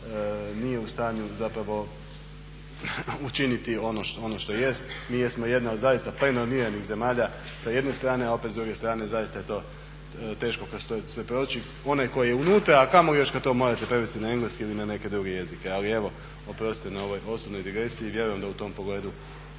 nije u stanju zapravo učiniti ono što jeste. Mi jesmo jedna od zaista …/Govorni se ne razumije./… zemalja sa jedne strane, a opet s druge strane zaista je to teško kroz to sve proći onaj koji je unutra, a kamoli još kad to morate prevesti na engleski ili na neke druge jezike. Ali evo oprostite na ovoj osobnoj digresiji. I vjerujem da u tom pogledu